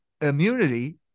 immunity